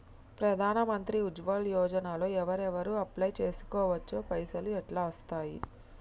ప్రధాన మంత్రి ఉజ్వల్ యోజన లో ఎవరెవరు అప్లయ్ చేస్కోవచ్చు? పైసల్ ఎట్లస్తయి?